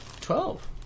Twelve